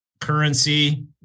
Currency